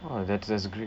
oh that's that's great